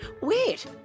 Wait